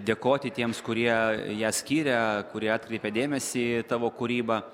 dėkoti tiems kurie ją skiria kurie atkreipė dėmesį į tavo kūrybą